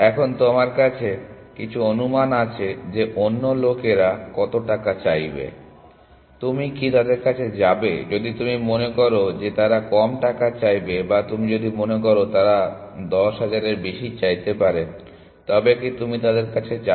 এখন তোমার কাছে কিছু অনুমান আছে যে অন্য লোকেরা কত টাকা চাইতে পারে তুমি কি তাদের কাছে যাবে যদি তুমি মনে করো যে তারা কম টাকা চাইবে বা তুমি যদি মনে করো তারা 10000 এর বেশি চাইতে পারে তবে কি তুমি তাদের কাছে যাবে